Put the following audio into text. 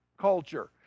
culture